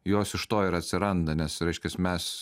jos iš to ir atsiranda nes reiškias mes